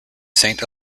saint